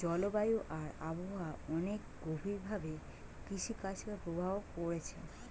জলবায়ু আর আবহাওয়া অনেক গভীর ভাবে কৃষিকাজকে প্রভাব কোরছে